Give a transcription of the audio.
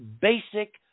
basic